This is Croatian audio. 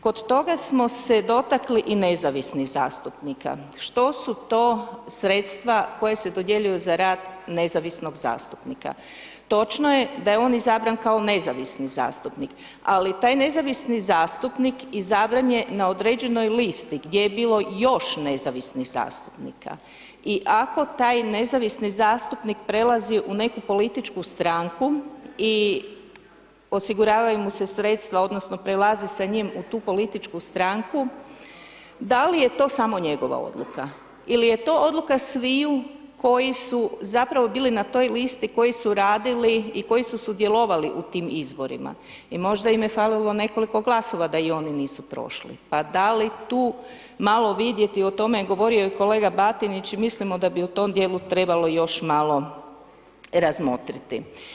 Kod toga smo se dotakli i nezavisnih zastupnika, što su to sredstva koja se dodjeljuju za rad nezavisnog zastupnika, točno je da je on izabran kao nezavisni zastupnik, ali taj nezavisni zastupnik izabran je na određenoj listi gdje je bilo još nezavisnih zastupnika i ako taj nezavisni zastupnik prelazi u neku političku stranku i osiguravaju mu se sredstva odnosno prelaze sa njim u tu političku stranku, da li je to samo njegova odluka, ili je to odluka sviju koji su zapravo bili na toj listi, koji su radili i koji su sudjelovali u tim izborima i možda im je falilo nekoliko glasova da i oni nisu prošli, pa da li tu malo vidjeti o tome je govorio i kolega Batinić i mislimo da bi u tom dijelu trebalo još malo razmotriti.